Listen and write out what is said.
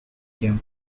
came